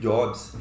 Jobs